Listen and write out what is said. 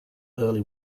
early